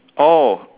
oh